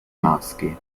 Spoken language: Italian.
maschi